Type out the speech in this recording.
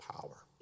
power